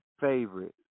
favorite